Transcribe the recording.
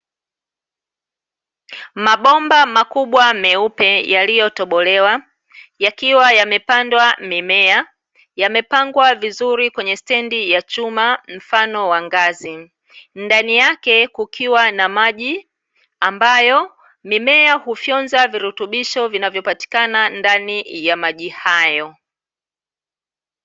Mabomba makubwa meupe yaliyotobolewa yakiwa yamepandwa mimea yamepangwa vizuri kwenye stendi ya chuma mfano wa ngazi. Ndani yake kukiwa na maji ambayo mimea hufyonza virutubisho vinavyo patikana ndani ya maji hayo.